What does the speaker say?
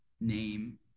name